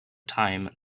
time